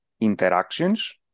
Interactions